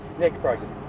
necks broken.